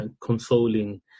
consoling